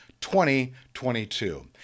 2022